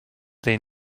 they